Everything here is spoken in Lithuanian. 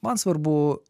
man svarbu